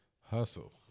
Hustle